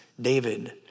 David